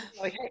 okay